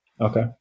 Okay